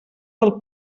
del